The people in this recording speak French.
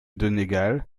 donegal